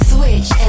Switch